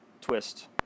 twist